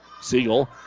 Siegel